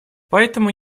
поэтому